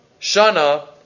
Shana